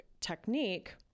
technique